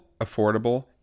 affordable